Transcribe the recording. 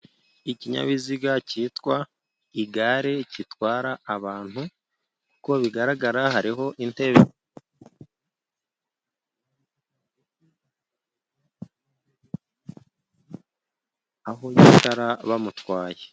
Ikinyabiziga cyitwa igare gitwara abantu, uko bigaragara hariho intebe aho bicara ba mutwaye.